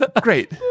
Great